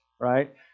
right